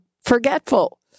forgetful